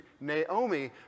Naomi